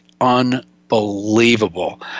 unbelievable